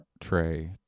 tray